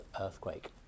earthquake